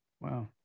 Wow